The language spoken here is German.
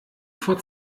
vor